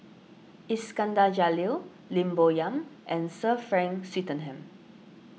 Iskandar Jalil Lim Bo Yam and Sir Frank Swettenham